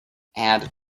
add